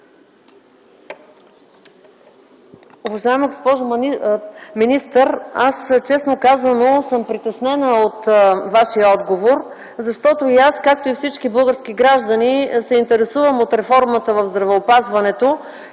Уважаема госпожо министър, честно казано, аз съм притеснена от Вашия отговор, защото и аз, както и всички български граждани, се интересуваме от реформата в здравеопазването.